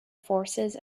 forces